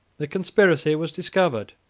the conspiracy was discovered,